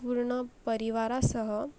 पूर्ण परिवारासह